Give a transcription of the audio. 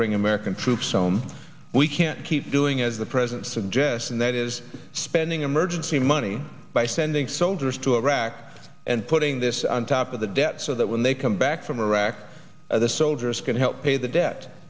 bring american troops home we can't keep doing as the president suggests and that is spending emergency money by sending soldiers to iraq and putting this on top of the debt so that when they come back from iraq the soldiers can help pay the debt